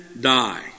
die